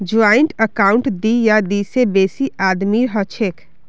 joint account दी या दी से बेसी आदमीर हछेक